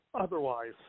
otherwise